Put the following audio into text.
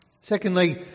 Secondly